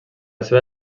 seva